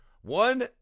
One